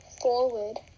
forward